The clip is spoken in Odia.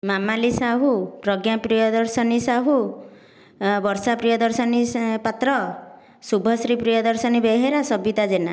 ମାମାଲି ସାହୁ ପ୍ରଜ୍ଞା ପ୍ରିୟଦର୍ଶିନୀ ସାହୁ ବର୍ଷା ପ୍ରିୟଦର୍ଶିନୀ ସ ପାତ୍ର ଶୁଭଶ୍ରୀ ପ୍ରିୟଦର୍ଶିନୀ ବେହେରା ସବିତା ଜେନା